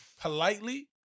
politely